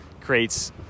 creates